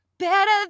better